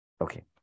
Okay